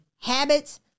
habits